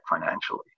financially